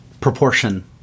proportion